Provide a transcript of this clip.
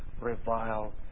revile